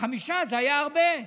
חמישה זה היה הרבה.